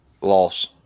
Loss